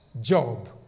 Job